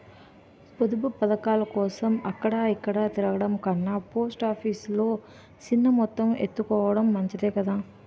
పొదుపు పదకాలకోసం అక్కడ ఇక్కడా తిరగడం కన్నా పోస్ట్ ఆఫీసు లో సిన్న మొత్తాలు ఎత్తుకోడం మంచిదే కదా